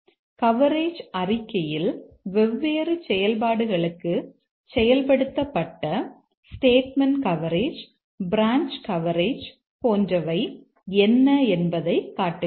coverage அறிக்கையில் வெவ்வேறு செயல்பாடுகளுக்கு செயல்படுத்தப்பட்ட ஸ்டேட்மெண்ட் கவரேஜ் பிரான்ச் கவரேஜ் போன்றவை என்ன என்பதைக் காட்டுகிறது